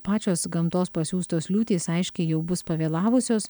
pačios gamtos pasiųstos liūtys aiškiai jau bus pavėlavusios